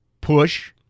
push